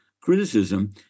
criticism